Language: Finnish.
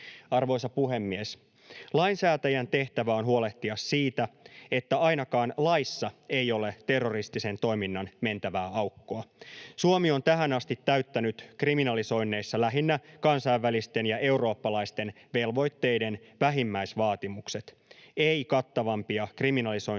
Arvoisa puhemies! Lainsäätäjän tehtävä on huolehtia siitä, että ainakaan laissa ei ole terroristisen toiminnan mentävää aukkoa. Suomi on tähän asti täyttänyt kriminalisoinneissa lähinnä kansainvälisten ja eurooppalaisten velvoitteiden vähimmäisvaatimukset, ei kattavampia kriminalisointeja,